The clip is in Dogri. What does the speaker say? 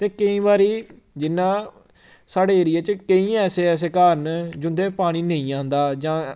ते केईं बारी जिन्ना साढ़े एरिया च केईं ऐसे ऐसे घर न जिं'दे पानी नेईं औंदा जां